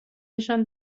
نشان